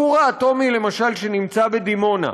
הכור האטומי שנמצא בדימונה,